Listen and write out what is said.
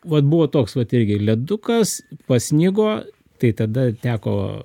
vat buvo toks vat irgi ledukas pasnigo tai tada teko